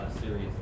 series